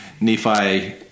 Nephi